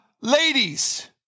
ladies